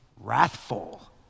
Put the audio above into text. wrathful